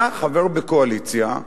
אתה חבר בקואליציה,